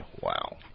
Wow